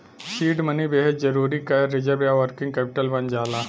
seed money बेहद जरुरी cash reserve या वर्किंग कैपिटल बन जाला